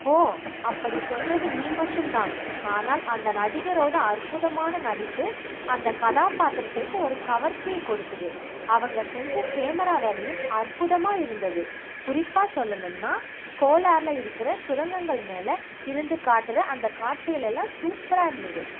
ஓ அப்படி சொல்கிறது நீ மட்டும் தான் ஆனால் அந்த நடிகரோடு அற்புதமான நடிப்பு அந்த கதாபாத்திரத்திற்கு ஒரு கவர்ச்சியை கொடுக்குது அவங்க செஞ்ச கேமரா வேலையும் அற்புதமாக இருந்தது குறிப்பாக சொல்லணும்னா கோலாரில் இருக்கிற சுரங்கங்கள் மேலே இருந்து காட்டுகிற அந்த காட்சிகள் எல்லாம் சூப்பராக இருந்தது